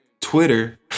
Twitter